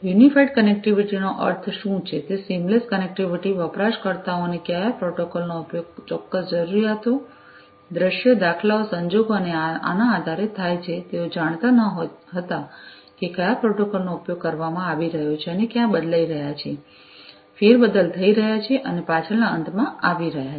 unified connectivity નો અર્થ શું છે તે સીમલેસ કનેક્ટિવિટી વપરાશકર્તાઓને કયા પ્રોટોકોલ નો ઉપયોગ ચોક્કસ જરૂરિયાતો દૃશ્યો દાખલાઓ સંજોગો અને આના આધારે થાય છે તેઑ જાણતા ન હતા કે કયા પ્રોટોકોલનો ઉપયોગ કરવામાં આવી રહ્યો છે અને કયા બદલાઈ રહ્યા છે ફેરબદલ થઈ રહ્યા છે અને પાછળના અંતમાં આવી રહ્યાં છે